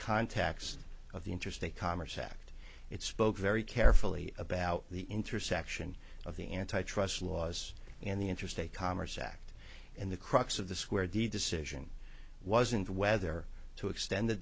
context of the interstate commerce act it spoke very carefully about the intersection of the antitrust laws and the interstate commerce act and the crux of the square the decision wasn't whether to extend the